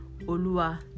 Olua